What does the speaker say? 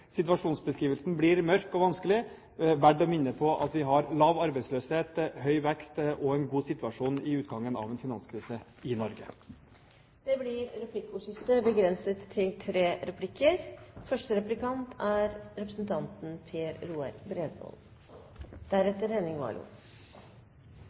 situasjonsbeskrivelsen blir mørk og vanskelig, verdt å minne om at vi i Norge har lav arbeidsløshet, høy vekst og en god situasjon i utgangen av en finanskrise. Det blir replikkordskifte. Flertallet i komiteen sier at man er